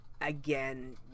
again